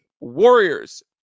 Warriors